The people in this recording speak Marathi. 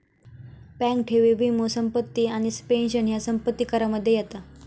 बँक ठेवी, वीमो, संपत्ती आणि पेंशन ह्या संपत्ती करामध्ये येता